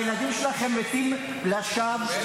הילדים שלכם מתים לשווא.